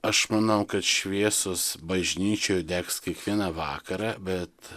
aš manau kad šviesos bažnyčioj degs kiekvieną vakarą bet